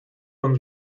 und